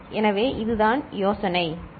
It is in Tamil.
எனவே இதுதான் யோசனை சரி